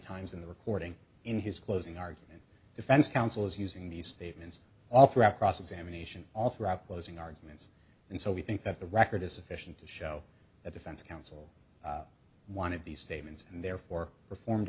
times in the recording in his closing argument defense counsel is using these statements all throughout cross examination all throughout closing arguments and so we think that the record is sufficient to show that defense counsel wanted these statements and therefore performed